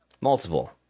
multiple